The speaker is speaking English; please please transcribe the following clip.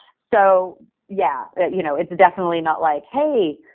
so yeah, yeah you know it's definitely not like, hey,